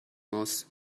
muss